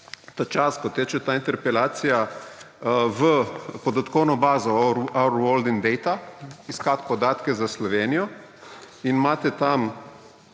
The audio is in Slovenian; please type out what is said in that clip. ta čas, ko teče ta interpelacija, v podatkovno bazo Our World in Data iskat podatke za Slovenijo. Pod parametrom